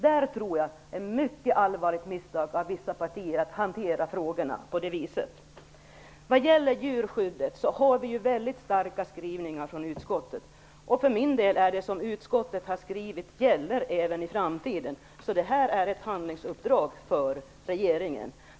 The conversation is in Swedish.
Jag tror att det är ett mycket allvarligt misstag av vissa partier att hantera frågorna på det viset. När det gäller djurskyddet har vi väldigt starka skrivningar från utskottets sida. Vad mig beträffar gäller det som utskottet har skrivit även i framtiden. Det här är ett handlingsuppdrag för regeringen.